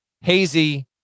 hazy